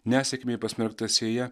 nesėkmei pasmerkta sėja